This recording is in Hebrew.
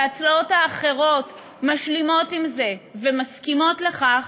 והצלעות האחרות משלימות עם זה ומסכימות לכך,